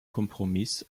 kompromiss